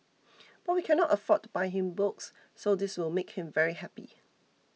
but we cannot afford to buy him books so this will make him very happy